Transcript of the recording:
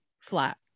flat